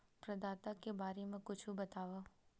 प्रदाता के बारे मा कुछु बतावव?